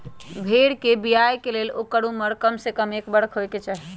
भेड़ कें बियाय के लेल ओकर उमर कमसे कम एक बरख होयके चाही